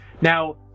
Now